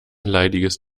leidiges